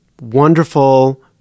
wonderful